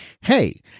hey